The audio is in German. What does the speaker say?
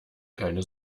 keine